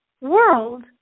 world